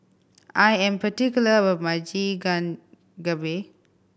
I am particular about my